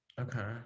Okay